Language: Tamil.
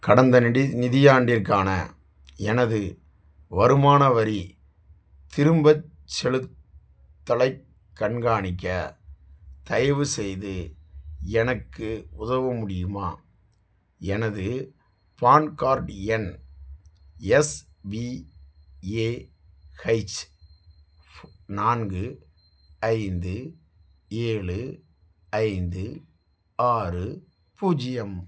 கடந்த நிடி நிதியாண்டிற்கான எனது வருமான வரி திரும்பச் செலுத்தலைக் கண்காணிக்க தயவுசெய்து எனக்கு உதவ முடியுமா எனது பான் கார்ட் எண் எஸ்விஏஹெச் நான்கு ஐந்து ஏழு ஐந்து ஆறு பூஜ்ஜியம்